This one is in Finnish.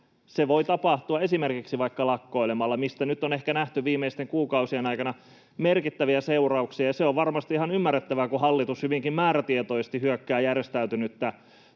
se voi tapahtua esimerkiksi vaikka lakkoilemalla, mistä nyt on ehkä nähty viimeisten kuukausien aikana merkittäviä seurauksia. Se on varmasti ihan ymmärrettävää, kun hallitus hyvinkin määrätietoisesti hyökkää järjestäytynyttä